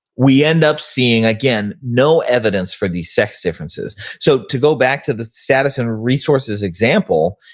we end up seeing, again, no evidence for these sex differences. so to go back to the status and resources example,